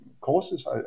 courses